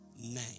name